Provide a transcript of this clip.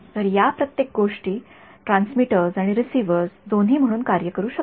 तर या प्रत्येक गोष्टी ट्रान्समीटर आणि रिसीव्हर्स दोन्ही म्हणून कार्य करू शकतात